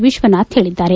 ವಿಶ್ವನಾಥ್ ಹೇಳಿದ್ದಾರೆ